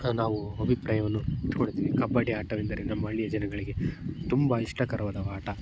ನಾವು ಅಭಿಪ್ರಾಯವನ್ನು ಇಟ್ಕೊಂಡಿದ್ದೀವಿ ಕಬಡ್ಡಿ ಆಟವೆಂದರೆ ನಮ್ಮ ಹಳ್ಳಿಯ ಜನಗಳಿಗೆ ತುಂಬ ಇಷ್ಟಕರವಾದ ಆಟ